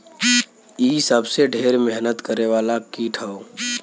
इ सबसे ढेर मेहनत करे वाला कीट हौ